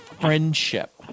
friendship